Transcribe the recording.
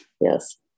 Yes